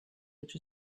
which